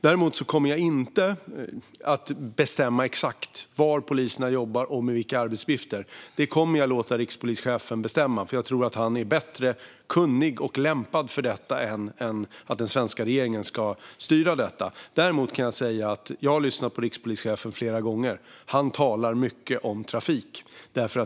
Däremot kommer jag inte att exakt bestämma var och med vilka arbetsuppgifter poliserna jobbar. Det kommer jag att låta rikspolischefen bestämma, för jag tror att han är mer kunnig och bättre lämpad för detta än att den svenska regeringen styr här. Jag har dock flera gånger hört rikspolischefen tala mycket om trafik.